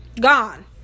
Gone